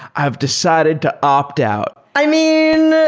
i've decided to opt out. i mean,